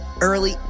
early